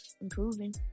improving